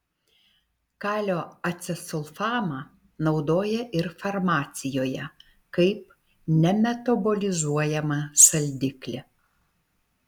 kalio acesulfamą naudoja ir farmacijoje kaip nemetabolizuojamą saldiklį